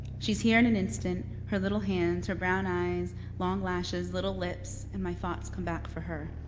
she's here in an instant. her little hands, her brown eyes, long lashes, little lips, and my thoughts come back for her.